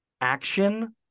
action